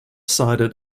sided